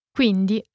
Quindi